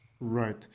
Right